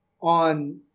on